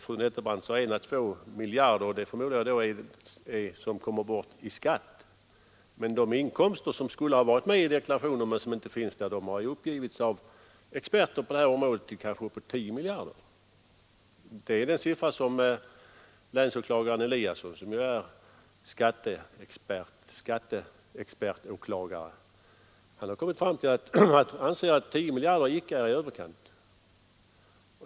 Fru Nettelbrandt sade 1 å 2 miljarder. Jag förmodar att det är vad som kommer bort i skatter, men de inkomster som skulle ha tagits upp i deklarationer och som inte finns med har av experter på detta område uppgivits till kanske 10 miljarder. Länsåklagaren Eliasson, som ju är skatteåklagarexpert, anser att 10 miljarder icke är i överkant.